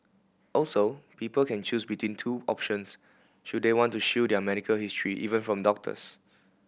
also people can choose between two options should they want to shield their medical history even from doctors